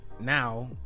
now